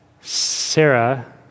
Sarah